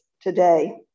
today